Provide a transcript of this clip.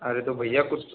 अरे तो भैया कुछ